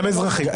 גם אזרחי.